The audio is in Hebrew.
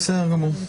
בסדר גמור.